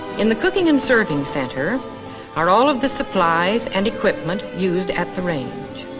in the cooking and serving center are all of the supplies and equipment used at the range.